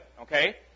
okay